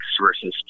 versus